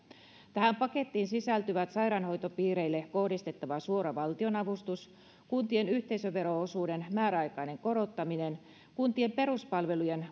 tähän pakettiin sisältyvät sairaanhoitopiireille kohdistettava suora valtionavustus kuntien yhteisövero osuuden määräaikainen korottaminen kuntien peruspalvelujen